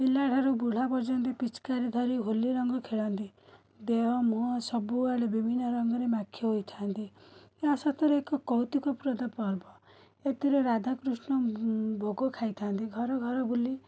ପିଲା ଠାରୁ ବୁଢ଼ା ପର୍ଯ୍ୟନ୍ତ ପିଚକାରୀ ଧରି ହୋଲି ରଙ୍ଗ ଖେଳନ୍ତି ଦେହ ମୁଁହ ସବୁଆଡ଼େ ବିଭିନ୍ନ ରଙ୍ଗରେ ମାଖି ହୋଇଥାନ୍ତି ଏହା ସତରେ ଏକ କୌତୁକପ୍ରଦ ପର୍ବ ଏଥିରେ ରାଧାକୃଷ୍ଣ ଭୋଗ ଖାଇଥାନ୍ତି ଘରଘର ବୁଲି